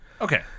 Okay